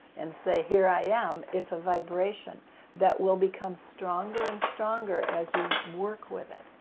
and say, here i am it's a vibration that will become stronger and stronger as you work with it.